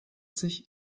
sich